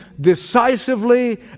decisively